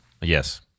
Yes